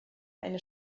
eine